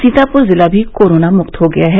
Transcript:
सीतापुर जिला भी कोरोना मुक्त हो गया है